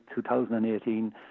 2018